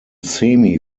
semi